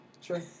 Sure